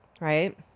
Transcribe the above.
right